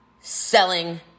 selling